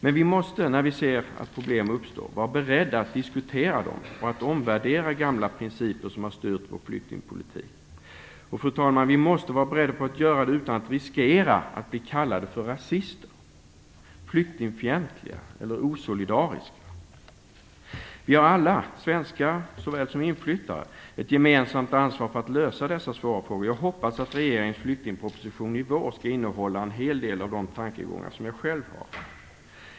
Men vi måste, när vi ser att problem uppstår, vara beredda att diskutera dem och att omvärdera gamla principer som har styrt vår flyktingpolitik. Vi måste vara beredda, fru talman, att göra detta utan att riskera att bli kallade för rasister, flyktingfientliga eller osolidariska. Vi har alla - svenskar såväl som inflyttare - ett gemensamt ansvar att lösa dessa svåra frågor. Jag hoppas att regeringens flyktingproposition i vår skall innehålla en hel del av de tankegångar som jag själv har.